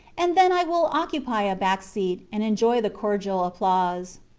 and then i will occupy a back seat and enjoy the cordial applause.